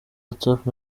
whatsapp